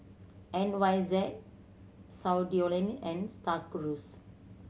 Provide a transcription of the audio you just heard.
N Y Z Studioline and Star Cruise